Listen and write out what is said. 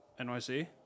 NYC